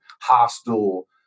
hostile